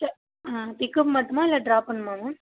pickup மட்டுமா இல்லை drop பண்ணனுமா மேம்